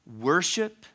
worship